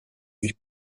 sich